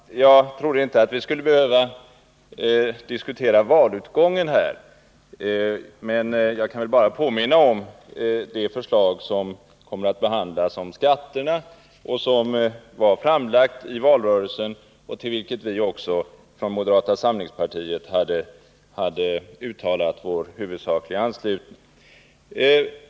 Herr talman! Jag trodde inte att vi skulle behöva diskutera valutgången här, men jag kan väl bara påminna om det förslag om skatterna som kommer att behandlas och som var framlagt i valrörelsen och till vilket vi från moderata samlingspartiet också hade uttalat vår huvudsakliga anslutning.